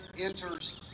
enters